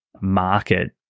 market